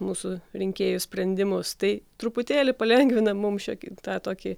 mūsų rinkėjų sprendimus tai truputėlį palengvina mums šiokį tą tokį